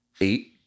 eight